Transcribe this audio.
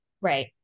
Right